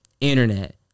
internet